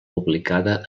publicada